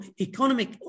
economic